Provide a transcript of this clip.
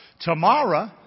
Tomorrow